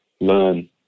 learn